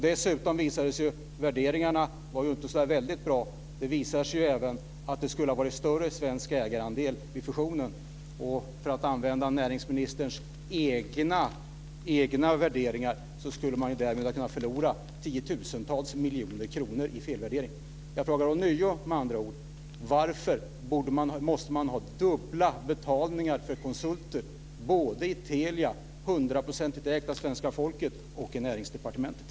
Dessutom visade det sig att värderingarna inte var så där väldigt bra. Det har visat sig att det skulle ha varit större svensk ägarandel vid fusionen. För att använda näringsministerns egna värderingar skulle man därmed ha kunnat förlora tiotusentals miljoner kronor i felvärdering. Jag frågar med andra ord ånyo: Varför måste man ha dubbla betalningar för konsulter, både i Telia - hundraprocentigt ägt av svenska folket - och i Näringsdepartementet?